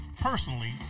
personally